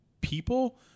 people